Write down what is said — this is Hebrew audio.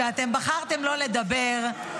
שאתם בחרתם לא לדבר,